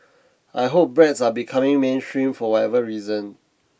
I hope breads are becoming mainstream for whatever reason